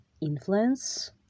influence